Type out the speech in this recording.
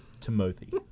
Timothy